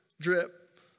drip